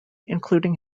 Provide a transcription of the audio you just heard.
including